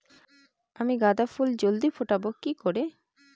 আমি গাঁদা ফুল জলদি ফোটাবো কি করে?